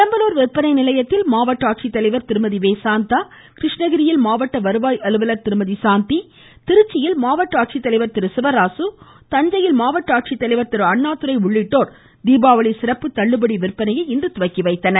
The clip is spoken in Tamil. பெரம்பலூர் விற்பனை நிலையத்தில் மாவட்ட ஆட்சித்தலைவர் திருமதி சாந்தா கிருஷ்ணகிரியில் மாவட்ட வருவாய் அலுவலர் திருமதி சாந்தி திருச்சியில் மாவட்ட ஆட்சித் தலைவர் திரு சிவராசு தஞ்சையில் மாவட்ட ஆட்சித்தலைவர் திரு அண்ணாதுரை உள்ளிட்டோர் தீபாவளி சிறப்பு தள்ளுபடி விற்பனையை துவக்கி வைத்தனர்